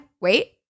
wait